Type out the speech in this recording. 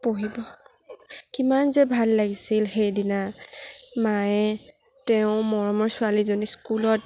পঢ়িব কিমান যে ভাল লাগিছিল সেইদিনা মায়ে তেওঁৰ মৰমৰ ছোৱালীজনী স্কুলত